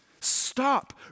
Stop